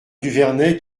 duvernet